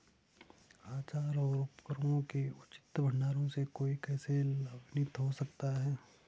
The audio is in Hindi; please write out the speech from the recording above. औजारों और उपकरणों के उचित भंडारण से कोई कैसे लाभान्वित हो सकता है?